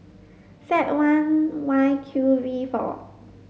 Z one Y Q V four